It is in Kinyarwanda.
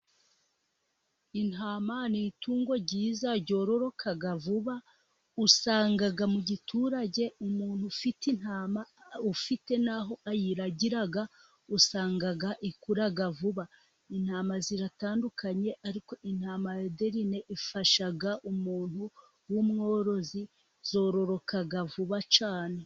Intama ni itungo ryiza ryororoka vuba, usanga mu giturage umuntu ufite intama, ufite n'aho ayiragira usanga ikura vuba, intama ziratandukanye, ariko intama yaderine ifasha umuntu w'umworozi, zororoka vuba cyane.